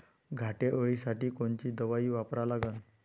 घाटे अळी साठी कोनची दवाई वापरा लागन?